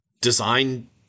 design